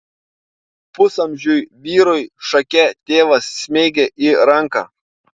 pusamžiui vyrui šake tėvas smeigė į ranką